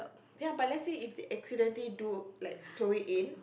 ya but let us say if he accidentally do like throw it in